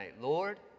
Lord